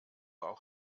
auch